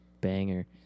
banger